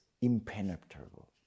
impenetrable